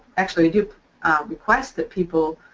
actually we do request that people